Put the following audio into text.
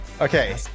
Okay